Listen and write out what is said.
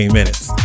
minutes